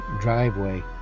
driveway